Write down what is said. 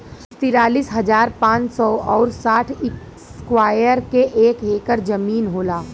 तिरालिस हजार पांच सौ और साठ इस्क्वायर के एक ऐकर जमीन होला